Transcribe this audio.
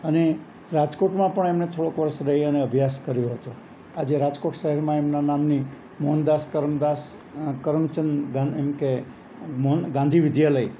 અને રાજકોટમાં પણ એમણે થોડોક વર્ષ રહી અને અભ્યાસ કર્યો હતો આજે રાજકોટ શહેરમાં એમના નામની મોહનદાસ કરમદાસ કરમચંદ એમ કે ગાંધી વિદ્યાલય